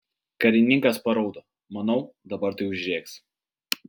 karininkas paraudo manau dabar tai užrėks